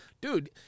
Dude